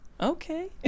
okay